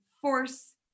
force